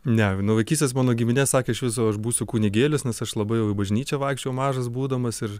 ne nuo vaikystės mano giminė sakė iš viso aš būsiu kunigėlis nes aš labai jau į bažnyčią vaikščiojau mažas būdamas ir